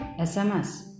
SMS